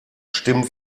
stimmen